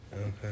Okay